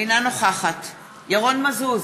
אינה נוכחת ירון מזוז,